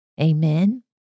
Amen